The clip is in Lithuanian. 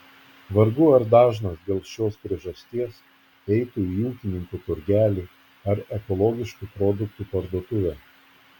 vargu ar dažnas dėl šios priežasties eitų į ūkininkų turgelį ar ekologiškų produktų parduotuvę